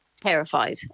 terrified